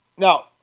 Now